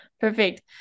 perfect